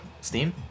Steam